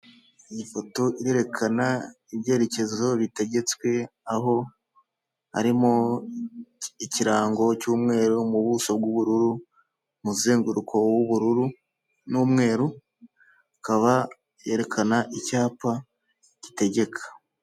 Iyi foto irerekana ibyerekezo bitegetswe aho harimo ikirango cy'umweru mu buso bw'ubururu umuzenguruko w'ubururu n'umweru ikaba yerekana icyapa gitegeka.